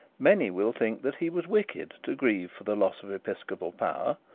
many will think that he was wicked to grieve for the loss of episcopal power,